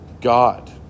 God